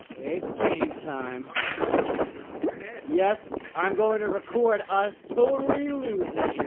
it's game time. ah no, you're gonna record it? yes, i'm going to record us totally losing.